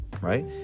right